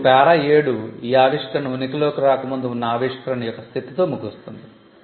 ఇప్పుడు పారా 7 ఈ ఆవిష్కరణ ఉనికిలోకి రాకముందు ఉన్న ఆవిష్కరణ యొక్క స్థితితో ముగుస్తుంది